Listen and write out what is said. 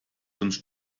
sonst